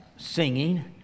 singing